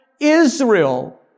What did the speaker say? Israel